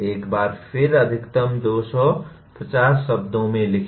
एक बार फिर अधिकतम 250 शब्द में लिखें